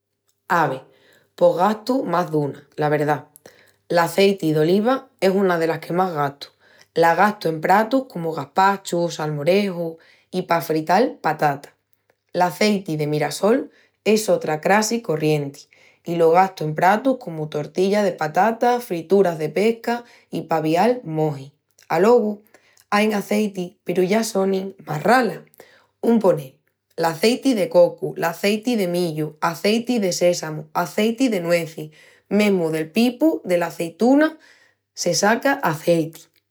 Ave, pos gastu más duna, la verdá. L'azeiti d'oliva es una delas que más gastu, la gastu en pratus comu gaspachu, salmoreju,... i pa frital patatas. L'azeiti de mirassol es sotra crassi corrienti i lo gastu en pratus comu tortilla de patatas, frituras de pesca, i pa avial mojis. Alogu ain azeitis peru ya sonin más ralas, un ponel, l'azeiti de cocu, l'azeiti de millu, azeiti de sésamu, azeiti de nuezis,... mesmu del pipu del'azituna se saca azeiti.